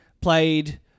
played